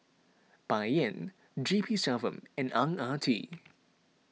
Bai Yan G P Selvam and Ang Ah Tee